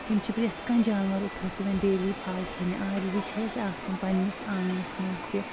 یِم چھِ پرٛؠتھ کانٛہہ جاناوار اوٚتتھَس یِوان ڈیلی پھل کھیٚنہِ آلریٚڑی چھِ اَسہِ آسان پنٛنِس آنٛگنَس منٛز تہِ